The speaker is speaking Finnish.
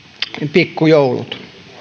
pikkujoulut